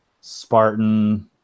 spartan